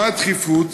מה הדחיפות